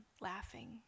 laughing